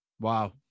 Wow